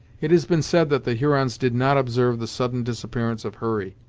it has been said that the hurons did not observe the sudden disappearance of hurry.